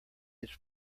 its